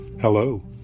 Hello